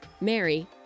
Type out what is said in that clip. Mary